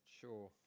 sure